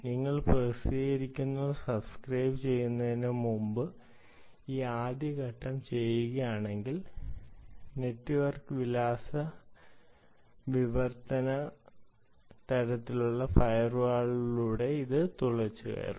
നിങ്ങൾ പ്രസിദ്ധീകരിക്കുന്നതിനോ സബ്സ്ക്രൈബുചെയ്യുന്നതിനോ മുമ്പ് ഈ ആദ്യ ഘട്ടം ചെയ്യുകയാണെങ്കിൽ നെറ്റ് വർക്ക് വിലാസ വിവർത്തന തരത്തിലുള്ള ഫയർവാളുകളിലൂടെ ഇത് തുളച്ചുകയറും